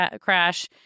crash